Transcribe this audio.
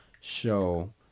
show